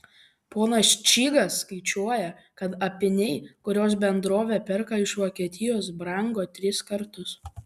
ponas čygas skaičiuoja kad apyniai kuriuos bendrovė perka iš vokietijos brango tris kartus